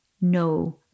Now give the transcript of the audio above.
no